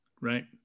right